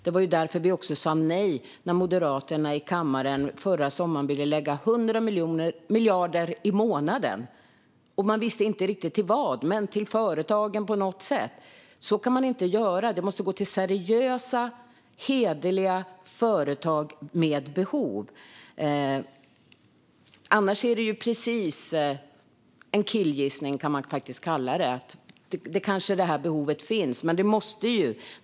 Det var därför vi sa nej när Moderaterna i kammaren förra sommaren vill lägga 100 miljarder i månaden - man visste inte riktigt till vad, men till företagen på något sätt. Så kan man inte göra. Det måste gå till seriösa, hederliga företag med behov. Annars kan man faktiskt kalla det just en killgissning - det här behovet kanske finns.